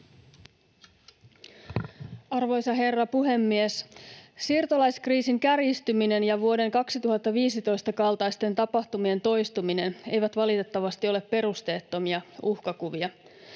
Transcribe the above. Arvoisa herra puhemies! Siirtolaiskriisin kärjistyminen ja vuoden 2015 kaltaisten tapahtumien toistuminen eivät valitettavasti ole perusteettomia uhkakuvia.